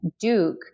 Duke